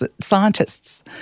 scientists